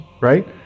right